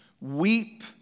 Weep